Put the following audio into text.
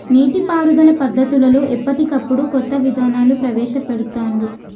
నీటి పారుదల పద్దతులలో ఎప్పటికప్పుడు కొత్త విధానాలను ప్రవేశ పెడుతాన్రు